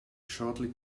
shortly